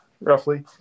roughly